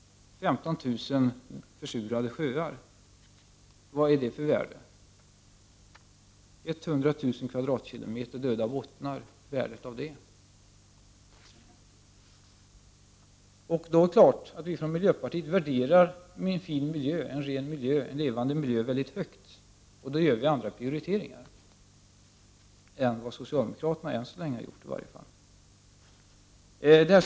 15 000 försurade sjöar; vad har de för värde? 100000 km? döda bottnar; vad är värdet av detta? Vi i miljöpartiet värderar självfallet en fin, ren och levande miljö mycket högt. Och vi gör därför andra prioriteringar än de som socialdemokraterna i varje fall än så länge har gjort.